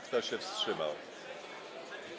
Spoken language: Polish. Kto się wstrzymał?